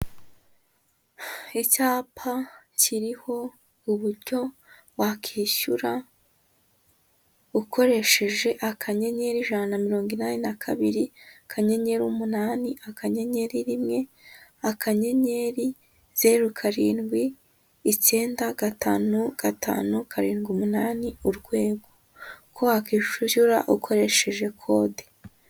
Icyapa kiriho uburyo wakwishyura ukoresheje akanyenyeri, ijana na mirongo inani na kabiri, akanyenyeri, umunani, akanyenyeri rimwe, akanyenyeri zeru, karindwi, icyenda, gatanu, gatanu, karindwi, umunani, urwego. Uko wakwiishyura ukoresheje kode.